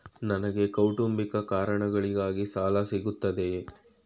ನನಗೆ ಕೌಟುಂಬಿಕ ಕಾರಣಗಳಿಗಾಗಿ ಸಾಲ ಸಿಗುತ್ತದೆಯೇ?